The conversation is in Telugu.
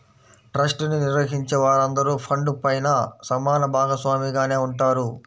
ట్రస్ట్ ని నిర్వహించే వారందరూ ఫండ్ పైన సమాన భాగస్వామిగానే ఉంటారు